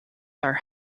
our